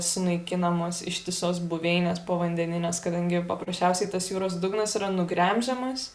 sunaikinamos ištisos buveinės povandeninės kadangi paprasčiausiai tas jūros dugnas yra nugremžiamas